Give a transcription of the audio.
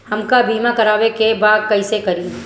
हमका बीमा करावे के बा कईसे करी?